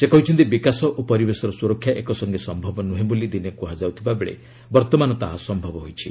ସେ କହିଛନ୍ତି ବିକାଶ ଓ ପରିବେଶର ସୁରକ୍ଷା ଏକ ସଙ୍ଗେ ସମ୍ଭବ ନୁହେଁ ବୋଲି ଦିନେ କୁହାଯାଉଥିବାବେଳେ ବର୍ତ୍ତମାନ ତାହା ସମ୍ଭବ ହୋଇଛି